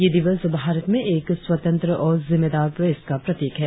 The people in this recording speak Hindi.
ये दिवस भारत में एक स्वतंत्र और जिम्मेदार प्रेस का प्रतीक है